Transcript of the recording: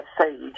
sage